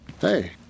Hey